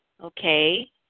Okay